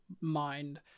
mind